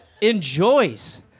enjoys